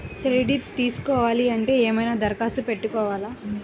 Credit తీసుకోవాలి అంటే ఏమైనా దరఖాస్తు పెట్టుకోవాలా?